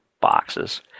boxes